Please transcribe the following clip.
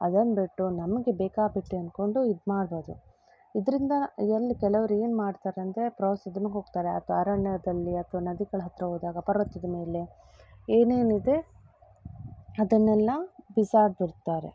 ಅದನ್ನ ಬಿಟ್ಟು ನಮಗೆ ಬೇಕಾಬಿಟ್ಟಿ ಅಂದ್ಕೊಂಡು ಇದು ಮಾಡೋದು ಇದರಿಂದ ಎಲ್ಲ ಕೆಲವ್ರು ಏನು ಮಾಡ್ತಾರಂದರೆ ಪ್ರವಾಸಿದನ ಹೋಗ್ತಾರೆ ಅಥವಾ ಅರಣ್ಯದಲ್ಲಿ ಅಥವಾ ನದಿಗಳ ಹತ್ತಿರ ಹೋದಾಗ ಪರ್ವತದ ಮೇಲೆ ಏನೇನಿದೆ ಅದನ್ನೆಲ್ಲ ಬಿಸಾಡಿಬಿಡ್ತಾರೆ